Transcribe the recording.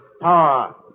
power